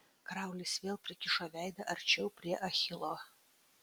kraulis vėl prikišo veidą arčiau prie achilo